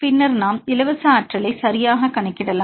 பின்னர் நாம் இலவச ஆற்றலை சரியாக கணக்கிடலாம்